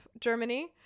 Germany